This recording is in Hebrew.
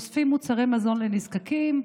אוספים מוצרי מזון לנזקקים,